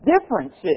differences